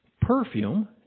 Perfume